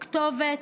כתובת,